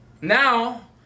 now